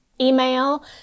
email